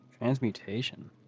Transmutation